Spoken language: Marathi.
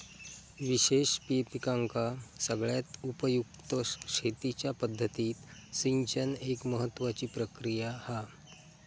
विशेष पिकांका सगळ्यात उपयुक्त शेतीच्या पद्धतीत सिंचन एक महत्त्वाची प्रक्रिया हा